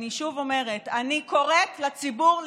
אני שוב אומרת: אני קוראת לציבור להתחסן.